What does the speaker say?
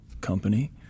company